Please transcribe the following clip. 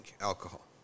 alcohol